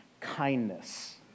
kindness